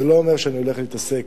זה לא אומר שאני הולך להתעסק